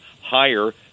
higher